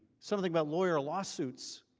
something about lawyer lawsuits,